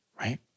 right